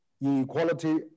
inequality